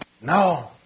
No